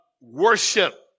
worship